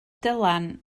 dylan